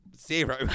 zero